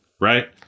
right